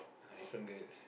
and different girl